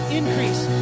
increase